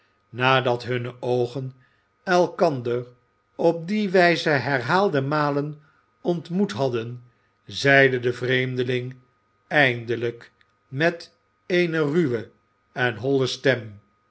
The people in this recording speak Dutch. nadat hunne oogen elkander op die wijze herhaalde malen ontmoet hadden zeide de vreemdeling eindelijk met eene ruwe en holle stem